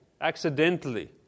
accidentally